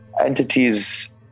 entities